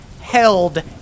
held